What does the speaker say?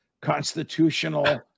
constitutional